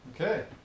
Okay